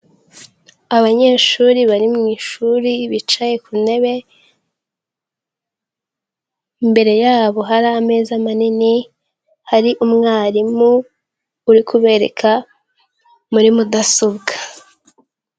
Abanyeshuri bari mu ishuri bicaye ku ntebe, imbere yabo hari ameza manini hari umwarimu uri kubereka muri mudasobwa.